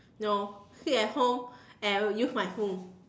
no sit at home and use my phone